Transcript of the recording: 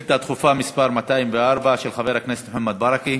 לענות על שאילתה דחופה מס' 204 של חבר הכנסת מוחמד ברכה.